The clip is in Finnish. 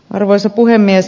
arvoisa puhemies